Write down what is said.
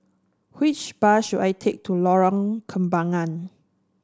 which bus should I take to Lorong Kembagan